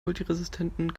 multiresistenten